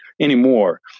anymore